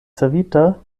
savita